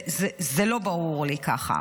זה לא ברור לי ככה.